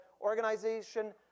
organization